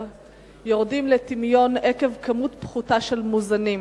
יורדים לטמיון עקב כמות פחותה של מוזנים,